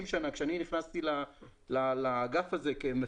מה שהיה לפני 30 שנים עת נכנסתי לאגף הזה כמפקח,